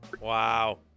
Wow